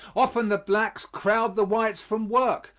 often the blacks crowd the whites from work,